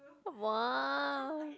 !wow!